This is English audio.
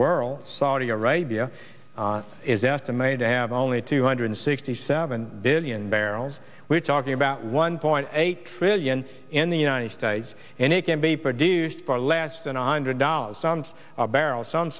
world saudi arabia is estimated to have only two hundred sixty seven billion barrels we're talking about one point eight trillion in the united states and it can be produced for less than one hundred dollars and barrel